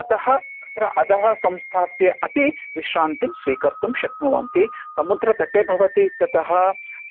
अतः अत्र अधः संस्थाप्य अपि विश्रान्तिं स्वीकर्तुं शक्नुवन्ति समुद्रतटे भवती ततः